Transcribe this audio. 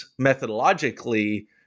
methodologically